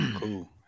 cool